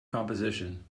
composition